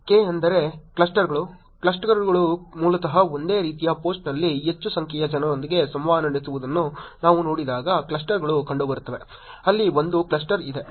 K ಅಂದರೆ ಕ್ಲಸ್ಟರ್ಗಳು ಕ್ಲಸ್ಟರ್ಗಳು ಮೂಲತಃ ಒಂದೇ ರೀತಿಯ ಪೋಸ್ಟ್ನಲ್ಲಿ ಹೆಚ್ಚು ಸಂಖ್ಯೆಯ ಜನರೊಂದಿಗೆ ಸಂವಹನ ನಡೆಸುವುದನ್ನು ನಾವು ನೋಡಿದಾಗ ಕ್ಲಸ್ಟರ್ಗಳು ಕಂಡುಬರುತ್ತವೆ ಅಲ್ಲಿ ಒಂದು ಕ್ಲಸ್ಟರ್ ಇದೆ